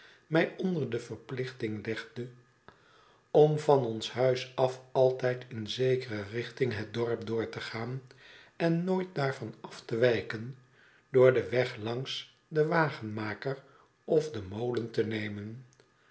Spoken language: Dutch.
mij onder de verplichting legde om van oris huis afaltijd in zekere richting het dorp door te gaan en nooit daarvan af te wijken door den weg langs den wagenmaker of den molen te nemen